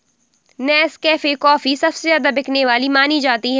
Nescafe coffee सबसे ज्यादा बिकने वाली मानी जाती है